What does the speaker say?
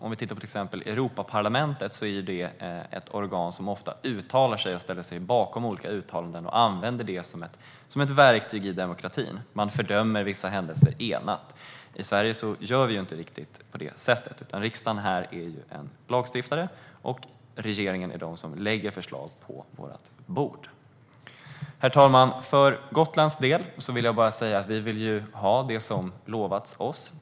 Vi kan titta på exempelvis Europaparlamentet, som är ett organ som ofta uttalar sig och ställer sig bakom olika uttalanden och använder det som ett verktyg i demokratin. Man fördömer vissa händelser enat. I Sverige gör vi inte riktigt på det sättet. Här är riksdagen en lagstiftare, och regeringen lägger förslag på vårt bord. Herr talman! För Gotlands del vill jag bara säga att vi vill ha det som lovats oss.